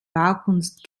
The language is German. baukunst